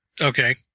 Okay